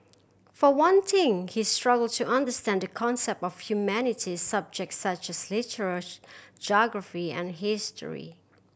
for one thing he struggled to understand the concept of humanities subjects such as literature geography and history